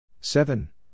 Seven